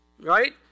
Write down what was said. right